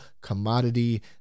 commodity